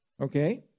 okay